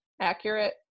accurate